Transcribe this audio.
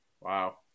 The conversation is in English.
Wow